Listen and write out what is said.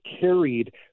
carried